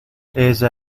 ella